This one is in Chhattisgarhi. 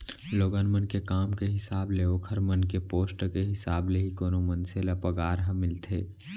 लोगन मन के काम के हिसाब ले ओखर मन के पोस्ट के हिसाब ले ही कोनो मनसे ल पगार ह मिलथे